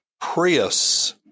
Prius